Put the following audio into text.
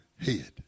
head